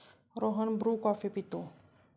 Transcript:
Rohan Bru coffee पितो